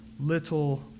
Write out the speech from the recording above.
little